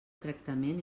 tractament